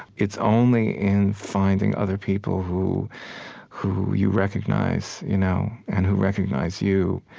it's only in finding other people who who you recognize you know and who recognize you.